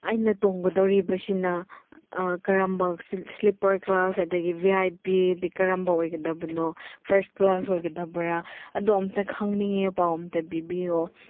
ꯑꯩꯅ ꯇꯣꯡꯒꯗꯧꯔꯤꯕ ꯑꯁꯤꯅ ꯀꯔꯝꯕ ꯏꯁꯂꯤꯄꯔ ꯀ꯭ꯂꯥꯁ ꯑꯗꯒꯤ ꯚꯤ ꯑꯥꯏ ꯄꯤꯗꯤ ꯀꯔꯝꯕ ꯑꯣꯏꯒꯗꯕꯅꯣ ꯐꯥꯔꯁ ꯀ꯭ꯂꯥꯁ ꯑꯣꯏꯒꯗꯕꯔꯥ ꯑꯗꯣ ꯑꯝꯇ ꯈꯪꯅꯤꯡꯉꯦ ꯄꯥꯎ ꯑꯝꯇ ꯄꯤꯕꯤꯌꯣ